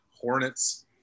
hornets